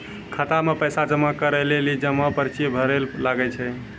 खाता मे पैसा जमा करै लेली जमा पर्ची भरैल लागै छै